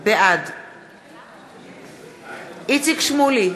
בעד איציק שמולי,